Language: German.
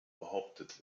behauptet